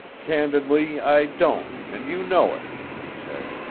candidly, i don't, and you know it, he said.